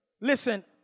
Listen